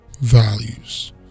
Values